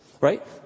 Right